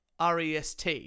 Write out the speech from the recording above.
REST